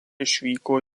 išvyko